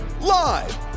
live